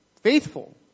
Faithful